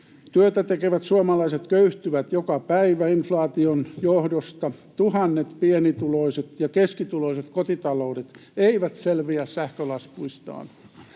Työtä tekevät suomalaiset köyhtyvät joka päivä inflaation johdosta. Tuhannet pienituloiset ja keskituloiset kotitaloudet eivät selviä sähkölaskuistaan.